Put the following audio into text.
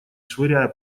швыряя